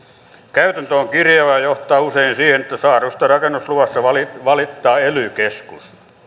käytäntö on kirjava ja johtaa usein siihen että saadusta rakennusluvasta valittaa ely keskus